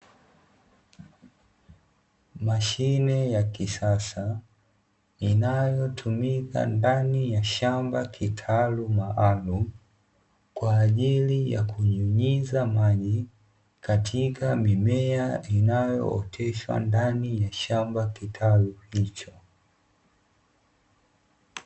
Mashine ya kisasa inayotumika ndani ya shamba la kitalu maalumu, kwa ajili ya kunyunyiza maji katika mimea, inayooteshwa ndani ya shamba kitalu hicho.